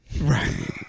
right